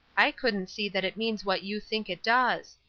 i couldn't see that it means what you think it does.